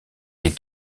est